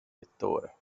lettore